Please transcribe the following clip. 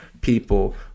people